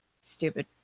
stupid